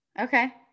okay